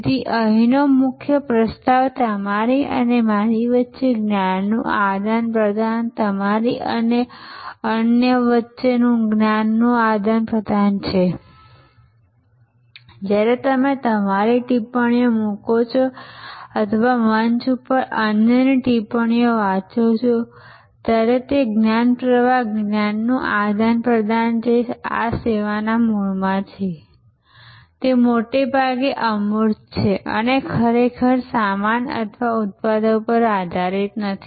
તેથી અહીંનો મુખ્ય પ્રસ્તાવ તમારી અને મારી વચ્ચે જ્ઞાનનું આદાનપ્રદાન તમારી અને અન્યો વચ્ચે જ્ઞાનનું આદાનપ્રદાન છે જ્યારે તમે તમારી ટિપ્પણીઓ મુકો છો અથવા મંચ પર અન્યની ટિપ્પણીઓ વાંચો છો ત્યારે તે જ્ઞાન પ્રવાહ જ્ઞાનનું આદાનપ્રદાન જે આ સેવાના મૂળમાં છે તે મોટે ભાગે અમૂર્ત છે અને તે ખરેખર સામાન અથવા ઉત્પાદનો પર આધારિત નથી